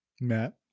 Matt